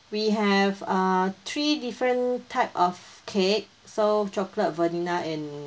we have uh three different type of cake so chocolate vanilla and